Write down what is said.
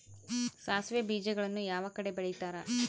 ಸಾಸಿವೆ ಬೇಜಗಳನ್ನ ಯಾವ ಕಡೆ ಬೆಳಿತಾರೆ?